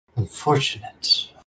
Unfortunate